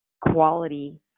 quality